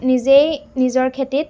নিজেই নিজৰ খেতিত